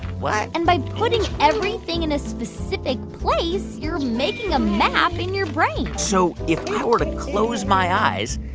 what? and by putting everything in a specific place, you're making a map in your brain so if i were to close my eyes,